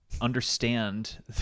understand